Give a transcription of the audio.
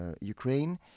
Ukraine